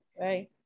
Right